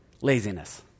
Laziness